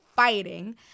fighting